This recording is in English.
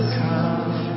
come